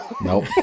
nope